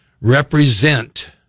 represent